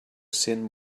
cent